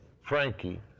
Frankie